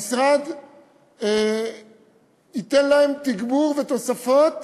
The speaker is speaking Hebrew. המשרד ייתן להם תגבור ותוספות